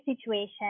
situation